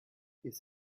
his